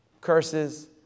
curses